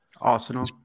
Arsenal